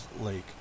Lake